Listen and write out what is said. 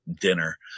dinner